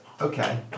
okay